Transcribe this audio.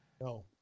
No